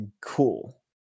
cool